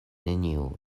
neniu